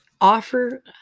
offer